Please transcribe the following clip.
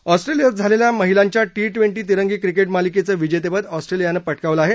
ऑस्ट्रेलियात झालेल्या महिलांच्या टी ट्वेंटी तिरंगी क्रिकेट मालिकेचं विजेतेपद ऑस्ट्रलियानं पटकावलं आहे